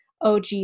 OG